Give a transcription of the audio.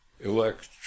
elect